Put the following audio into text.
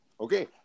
Okay